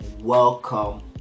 welcome